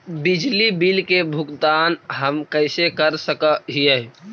बिजली बिल के भुगतान हम कैसे कर सक हिय?